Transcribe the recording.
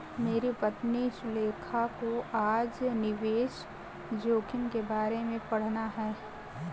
मेरी पत्नी सुलेखा को आज निवेश जोखिम के बारे में पढ़ना है